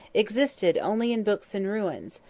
existed only in books and ruins,